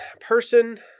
person